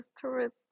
tourists